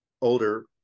older